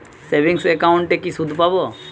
Savings একাউন্টে কি সুদ পাব?